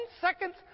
seconds